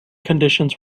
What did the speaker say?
conditions